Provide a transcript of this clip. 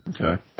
Okay